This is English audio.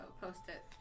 post-it